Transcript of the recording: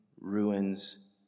ruins